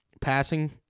passing